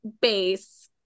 base